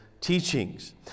teachings